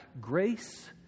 Grace